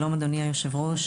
שלום אדוני היושב-ראש,